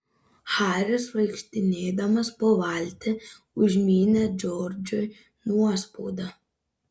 haris vaikštinėdamas po valtį užmynė džordžui nuospaudą